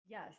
Yes